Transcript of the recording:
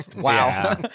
Wow